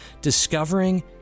discovering